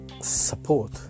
support